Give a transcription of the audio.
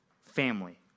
family